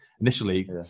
initially